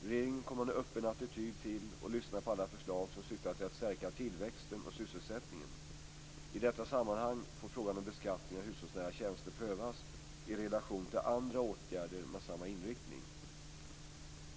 Regeringen kommer att ha en öppen attityd till och lyssna på alla förslag som syftar till att stärka tillväxten och sysselsättningen. I detta sammanhang får frågan om beskattningen av hushållsnära tjänster prövas i relation till andra åtgärder med samma inriktning.